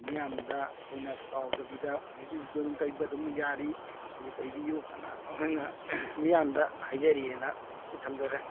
ꯃꯤꯌꯥꯝꯗ ꯑꯩꯈꯣꯏꯅ ꯀꯥꯎꯗꯕꯤꯗ ꯍꯧꯖꯤꯛ ꯍꯧꯖꯤꯛꯁꯨ ꯇꯩꯕ ꯑꯗꯨꯝ ꯌꯥꯔꯤ ꯁꯤꯁꯦ ꯇꯩꯕꯤꯎ ꯍꯥꯏꯅ ꯑꯩꯈꯣꯏꯅ ꯃꯤꯌꯥꯝꯗ ꯍꯥꯏꯖꯔꯤꯑꯅ ꯁꯤ ꯊꯝꯖꯔꯦ